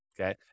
okay